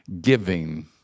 giving